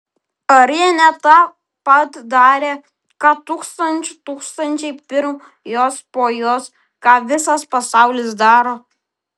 ar ji ne tą pat darė ką tūkstančių tūkstančiai pirm jos po jos ką visas pasaulis daro